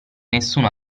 nessuno